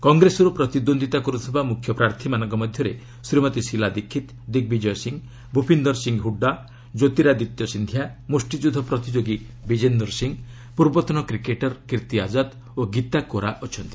କଂଗ୍ରେସରୁ ପ୍ରତିଦ୍ୱନ୍ଦ୍ୱିତା କର୍ତ୍ଥିବା ମୁଖ୍ୟ ପ୍ରାର୍ଥୀମାନଙ୍କ ମଧ୍ୟରେ ଶ୍ରୀମତୀ ଶିଲା ଦିକ୍ଷୀତ ଦିଗ୍ବିଜୟ ସିଂହ ଭୁପିନ୍ଦର ସିଂହ ହୁଡ୍ଡା କ୍ୟୋତିରାଦିତ୍ୟ ସିନ୍ଧିଆ ମୁଷ୍ଟିଯୁଦ୍ଧ ପ୍ରତିଯୋଗୀ ବିଜେନ୍ଦର ସିଂହ ପୂର୍ବତନ କ୍ରିକେଟ୍ର କୀର୍ଭି ଆଜାଦ ଓ ଗୀତା କୋରା ଅଛନ୍ତି